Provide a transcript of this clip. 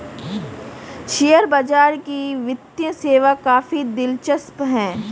share बाजार की वित्तीय सेवा काफी दिलचस्प है